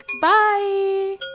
Bye